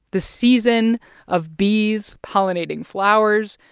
the season of bees pollinating flowers,